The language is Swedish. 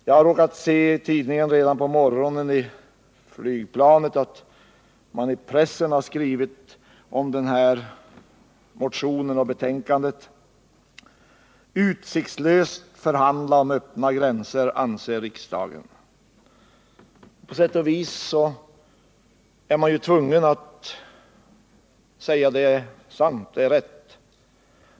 Jag råkade redan i morse på flygplanet se att en tidning har skrivit om motionen och betänkandet, att riksdagen anser det vara utsiktslöst att förhandla om öppna gränser. På sätt och vis är man tvungen att säga att det är sant.